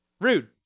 rude